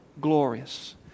glorious